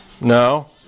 No